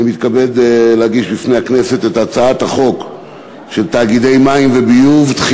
אני מתכבד להגיש בפני הכנסת את הצעת חוק תאגידי מים וביוב (תיקון,